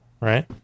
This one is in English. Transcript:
right